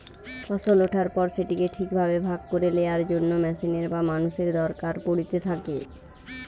ফসল ওঠার পর সেটিকে ঠিক ভাবে ভাগ করে লেয়ার জন্য মেশিনের বা মানুষের দরকার পড়িতে থাকে